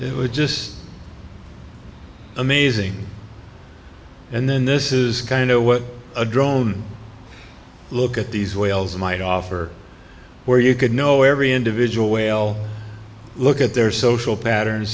it was just amazing and then this is kind of what a drone look at these whales might offer where you could know every individual whale look at their social patterns